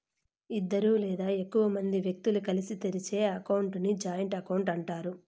ఇద్దరు లేదా ఎక్కువ మంది వ్యక్తులు కలిసి తెరిచే అకౌంట్ ని జాయింట్ అకౌంట్ అంటారు